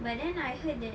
but then I heard that